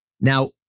Now